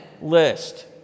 list